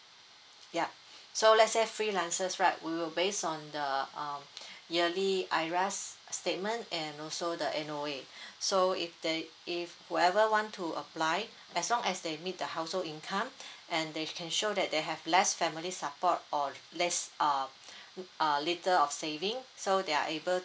yup so let's say freelancers right we will based on the um yearly I_R_A_S statement and also the N_O_A so if they if whoever want to apply as long as they meet the household income and they can show that they have less family support or less uh uh little of saving so they are able